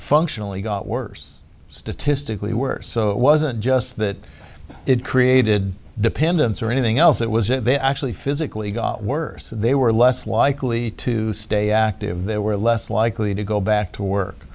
functionally got worse statistically worse so it wasn't just that it created dependence or anything else it was if they actually physically got worse they were less likely to stay active they were less likely to go back to work